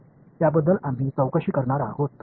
तर त्याबद्दल आम्ही चौकशी करणार आहोत